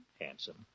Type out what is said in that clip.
Handsome